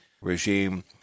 regime